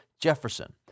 Jefferson